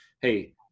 hey